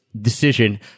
decision